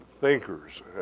thinkers